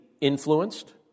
influenced